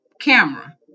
camera